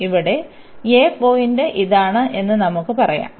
ഇവിടെ a point ഇതാണ് എന്ന് നമുക്ക് പറയാം